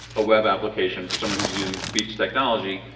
a web application for someone who's using speech technology,